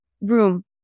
room